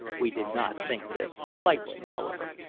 we did not think this likely, however,